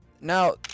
Now